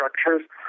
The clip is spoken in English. structures